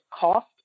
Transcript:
cost